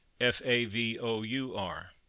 f-a-v-o-u-r